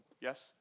Yes